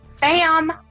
Bam